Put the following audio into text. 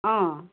অঁ